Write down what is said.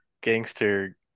gangster